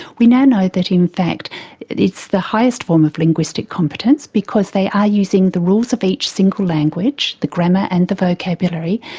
we now know that in fact it's the highest form of linguistic competence because they are using the rules of each single language, the grammar and the vocabulary,